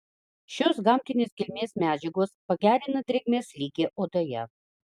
šios gamtinės kilmės medžiagos pagerina drėgmės lygį odoje